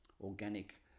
organic